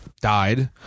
died